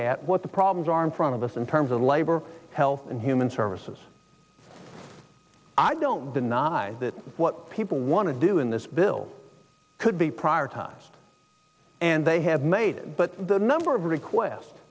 at what the problems are in front of us in terms of labor health and human services i don't deny that what people want to do in this bill could be privatized and they have made it but the number of request